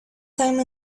time